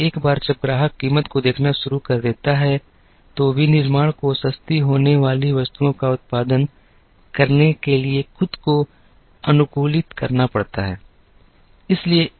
एक बार जब ग्राहक कीमत को देखना शुरू कर देता है तो विनिर्माण को सस्ती होने वाली वस्तुओं का उत्पादन करने के लिए खुद को अनुकूलित करना पड़ता है